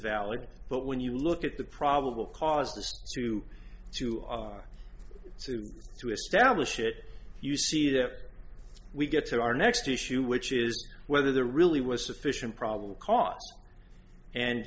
valid but when you look at the probable cause this to to our to establish it you see that we get to our next issue which is whether there really was sufficient probable cause and